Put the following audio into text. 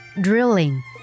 drilling